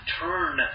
turn